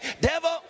devil